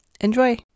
Enjoy